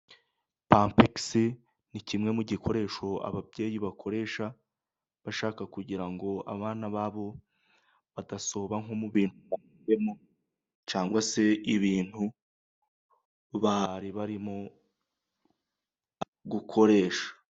Pampegisi ni kimwe mu gikoresho ababyeyi bakoresha. Bashaka kugira ngo abana babo. Badasoba nko mu bintu bashizemo. Cyangwa se ibintu bari barimo gukoresha.